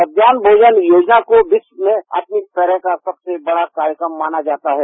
मध्याहन भोजन योजना को विश्व में अपनी तरह का सबसे बड़ा कार्यक्रम माना जाता है